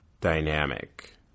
dynamic